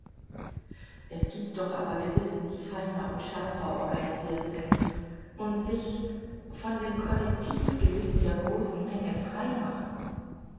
es gibt doch aber gewissen die feiner und schärfer organisiert sind und die sich von dem kollektivgewissen der großen menge freimachen